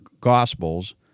Gospels